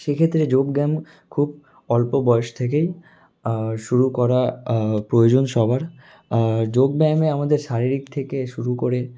সেক্ষেত্রে যোগব্যায়াম খুব অল্প বয়স থেকেই শুরু করা প্রয়োজন সবার যোগব্যায়ামে আমাদের শারীরিক থেকে শুরু করে